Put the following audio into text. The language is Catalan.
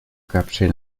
capcer